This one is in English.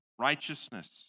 righteousness